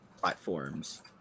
platforms